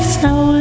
snow